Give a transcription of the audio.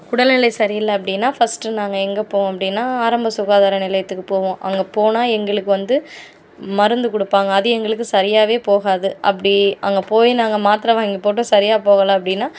உடல்நிலை சரியில்லை அப்படின்னா ஃபஸ்ட்டு நாங்கள் எங்கே போவோம் அப்படின்னா ஆரம்ப சுகாதார நிலையத்துக்கு போவோம் அங்கே போனால் எங்களுக்கு வந்து மருந்து கொடுப்பாங்க அது எங்களுக்கு சரியாகவே போகாது அப்படி அங்கே போகி நாங்கள் மாத்தரை வாங்கி போட்டும் சரியா போகலை அப்படின்னா